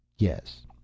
Yes